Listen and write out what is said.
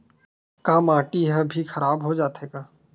का माटी ह भी खराब हो जाथे का?